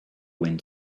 wind